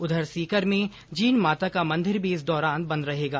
उधर सीकर में जीण माता का मंदिर भी इस दौरान बंद रहेगा